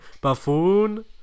buffoon